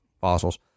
fossils